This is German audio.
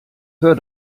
hör